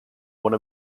one